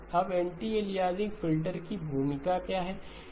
अब anti aliasing filter की भूमिका क्या है